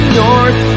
north